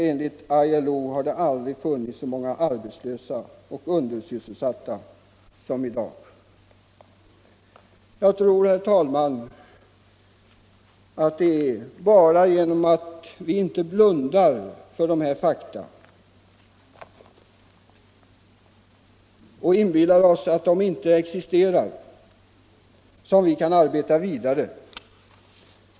—- Enligt ILO har det aldrig funnits så många arbetslösa och undersysselsatta som i dag. Bara om vi inte blundar för dessa fakta och inbillar oss att de inte existerar kan vi arbeta vidare.